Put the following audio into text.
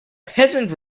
peasant